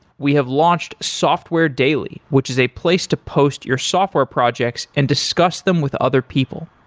we have launched software daily, which is a place to post your software projects and discuss them with other people.